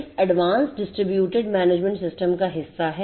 तो SCADA DERMS और DMS इस advanced distributed management systemका हिस्सा हैं